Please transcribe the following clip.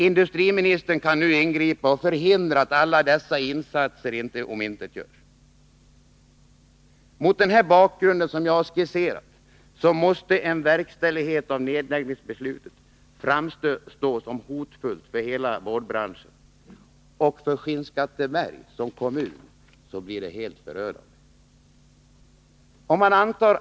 Industriministern kan nu ingripa och förhindra att alla dessa insatser omintetgörs. Mot den bakgrund som jag skisserat måste en verkställighet av nedläggningsbeslutet framstå som något hotfullt för hela boardbranschen, och för Skinneskatteberg som kommun blir det helt förödande.